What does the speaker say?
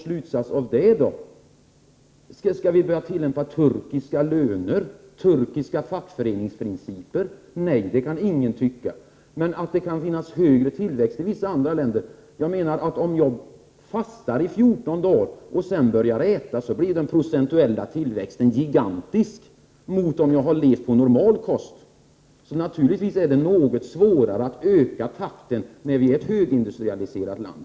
Innebär det att vi måste införa samma lönesystem som man har i Turkiet eller samma fackföreningsprinciper som gäller där? Nej, det kan väl ingen tycka. Förvisso kan tillväxttakten vara högre i vissa andra länder. Om jag skulle fasta i fjorton dagar, skulle den procentuella tillväxten vara gigantisk när jag åter började äta — detta jämfört med om jag hade intagit kost på normalt sätt. Naturligtvis är det något svårare att öka tillväxten i ett land som Sverige, Prot. 1988/89:125 som redan är ett högindustrialiserat land.